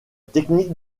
technique